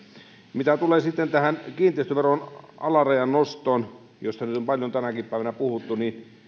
mitä tulee sitten kiinteistöveron alarajan nostoon josta nyt on paljon tänäkin päivänä puhuttu niin on